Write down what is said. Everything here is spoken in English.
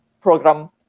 program